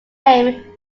name